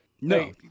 No